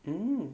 um